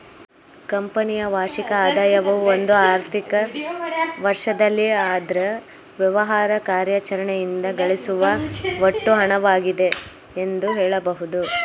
ಕಂಪನಿಯ ವಾರ್ಷಿಕ ಆದಾಯವು ಒಂದು ಆರ್ಥಿಕ ವರ್ಷದಲ್ಲಿ ಅದ್ರ ವ್ಯವಹಾರ ಕಾರ್ಯಾಚರಣೆಯಿಂದ ಗಳಿಸುವ ಒಟ್ಟು ಹಣವಾಗಿದೆ ಎಂದು ಹೇಳಬಹುದು